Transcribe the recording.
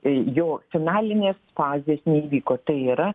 jo finalinės fazės neįvyko tai yra